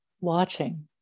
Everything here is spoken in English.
watching